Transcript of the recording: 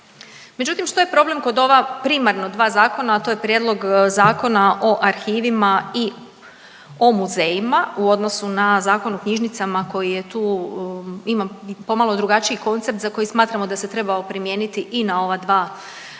Međutim što je problem kod ova primarno dva zakona, a to je prijedlog zakona o arhivima i o muzejima u odnosu na Zakon o knjižnicama koji je tu, ima pomalo drugačiji koncept za koji smatramo da se trebao primijeniti i na ova dva, dva zakona